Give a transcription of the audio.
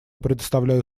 предоставляю